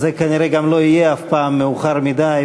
אז זה כנראה גם לא יהיה אף פעם מאוחר מדי,